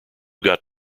got